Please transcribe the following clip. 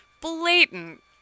blatant